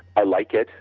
i like it.